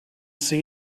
see